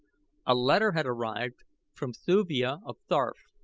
a letter had arrived from thuvia of ptarth,